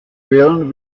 quellen